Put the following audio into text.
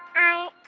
i